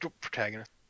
protagonist